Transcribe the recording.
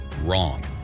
Wrong